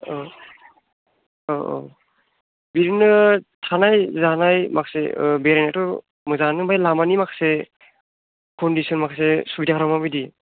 औ औ औ बेजोंनो थानाय जानाय माखासे ओ बेरायनायाथ' मोजाङानो ओमफ्राय लामानि माखासे कन्डिशन माखासे सुबिदाफ्रा माबायदि